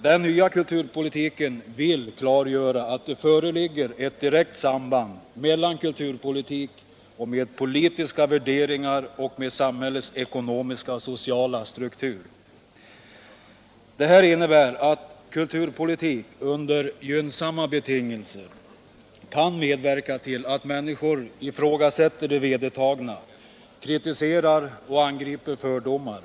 Den nya kulturpolitiken vill klargöra att det föreligger ett direkt samband mellan kulturpolitik och politiska värderingar och samhällets ekonomiska och sociala struktur. Detta innebär att kulturpolitik under gynnsamma betingelser kan medverka till att människor ifrågasätter det vedertagna och kritiserar och angriper fördomar.